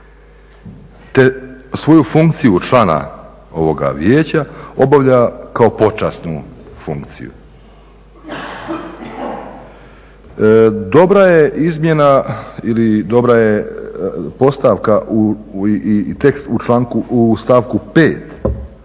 Te svoju funkciju člana ovoga vijeća obavlja kao počasnu funkciju. Dobra je izmjena ili dobra je postavka i tekst u stavku 5.